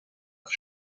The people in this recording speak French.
off